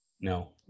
No